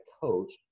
Coach